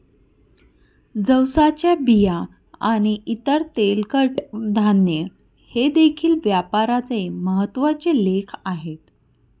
जवसाच्या बिया आणि इतर तेलकट धान्ये हे देखील व्यापाराचे महत्त्वाचे लेख आहेत